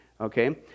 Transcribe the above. okay